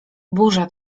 burza